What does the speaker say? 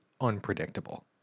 unpredictable